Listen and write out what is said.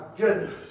goodness